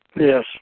Yes